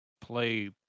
play